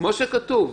כמו שכתוב.